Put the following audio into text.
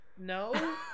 no